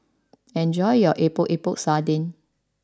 enjoy your Epok Epok Sardin